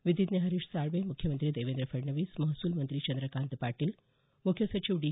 विधीज्ञ हरीश साळवे मुख्यमंत्री देवेंद्र फडणवीस महसूल मंत्री चंद्रकांत पाटील मुख्य सचिव डी